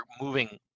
moving